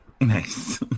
Nice